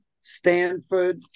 Stanford